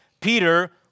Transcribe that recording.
Peter